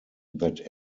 that